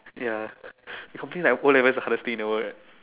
ya they complaint like o level is the hardest thing in the world